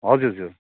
हजुर हजुर